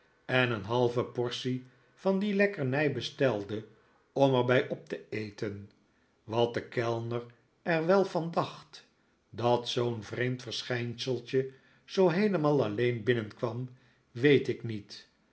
en een halve portie van die lekkernij bestelde om er bij op te eten wat de kellner er wel van dacht dat zoo'n vreemd verschijnseltje zoo heelemaal alleen binnenkwam weet ik niet